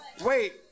Wait